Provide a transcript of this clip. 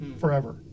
forever